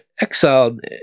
exiled